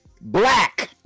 Black